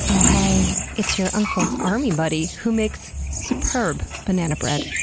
ohaaay it's your uncle's army buddy who makes superb banana bread,